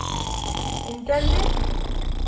inter में